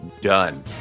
done